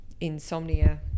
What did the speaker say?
insomnia